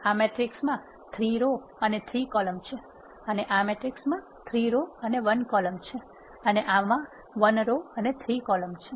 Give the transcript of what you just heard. આ મેટ્રિક્સમાં 3 રો અને 3 કોલમ છે અને આ મેટ્રિક્સમાં 3 રો અને 1 કોલમ છે અને આમાં 1 રો અને 3 કોલમ છે